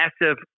massive